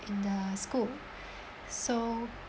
in the school so